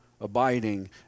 abiding